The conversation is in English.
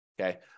okay